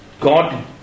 God